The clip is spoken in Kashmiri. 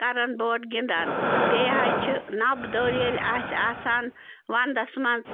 کَرَن بورڈ گِنٛدان بیٚیہِ حظ چھِ نَبہٕ دوٚر ییٚلہِ آسہِ آسان وَنٛدَس منٛز